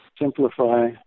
simplify